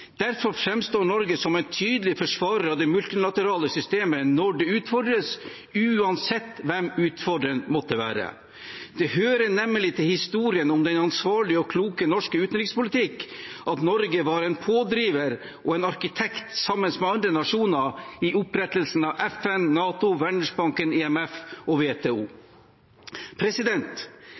Derfor framstår Norge som en tydelig forsvarer av det multilaterale systemet når det utfordres, uansett hvem utfordreren måtte være. Det hører nemlig med til historien om den ansvarlige og kloke norske utenrikspolitikken at Norge var en pådriver og en arkitekt, sammen med andre nasjoner, i opprettelsen av FN, NATO, Verdensbanken, IMF og WTO.